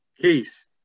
Peace